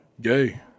Gay